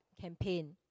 campaign